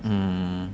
mm